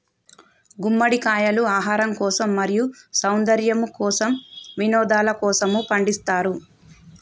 గుమ్మడికాయలు ఆహారం కోసం, మరియు సౌందర్యము కోసం, వినోదలకోసము పండిస్తారు